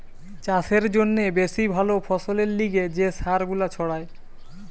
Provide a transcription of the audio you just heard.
চাষের জন্যে বেশি ভালো ফসলের লিগে যে সার গুলা ছড়ায়